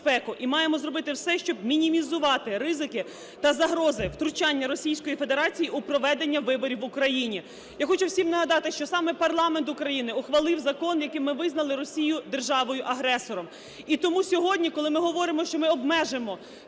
і маємо зробити все, щоб мінімізувати ризики та загрози втручання Російської Федерації у проведення виборів в Україні. Я хочу всім нагадати, що саме парламент України ухвалив закон, яким ми визнали Росію державою-агресором. І тому сьогодні, коли ми говоримо, що ми обмежимо